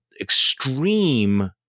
extreme